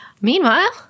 Meanwhile